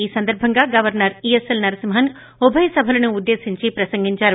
ఈ సందర్బంగా governor E S L Narasimhan ఉభయ సభలను ఉద్దేశించి ప్రసంగించారు